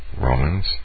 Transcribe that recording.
Romans